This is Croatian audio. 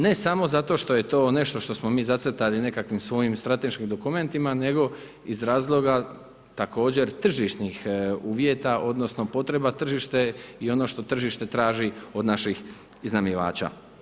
Ne samo zato što je to nešto što smo mi zacrtali nekakvim svojim strateškim dokumentima nego iz razloga također tržišnih uvjeta odnosno potreba tržišta i ono što tržište traži od naših iznajmljivača.